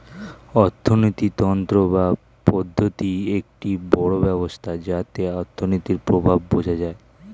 অর্থিনীতি তন্ত্র বা পদ্ধতি একটি বড় ব্যবস্থা যাতে অর্থনীতির প্রভাব বোঝা যায়